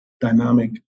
dynamic